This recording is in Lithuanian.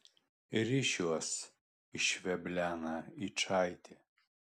rišiuos išveblena yčaitė